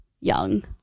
young